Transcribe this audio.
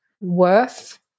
worth